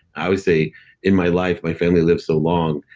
i would say in my life, my family lives so long,